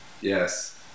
Yes